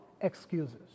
excuses